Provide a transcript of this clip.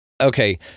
Okay